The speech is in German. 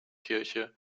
kirche